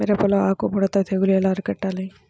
మిరపలో ఆకు ముడత తెగులు ఎలా అరికట్టాలి?